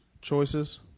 choices